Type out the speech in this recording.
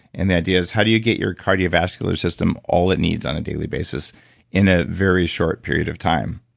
and the ideas how do you get your cardiovascular system all it needs on a daily basis in a very short period of time